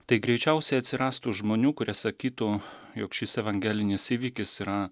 tai greičiausiai atsirastų žmonių kurie sakytų jog šis evangelinis įvykis yra